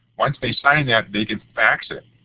once they sign that they can fax it.